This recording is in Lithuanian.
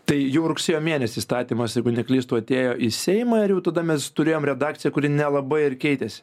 tai jau rugsėjo mėnesį įstatymas jeigu neklystu atėjo į seimą ir jau tada mes turėjom redakciją kuri nelabai ir keitėsi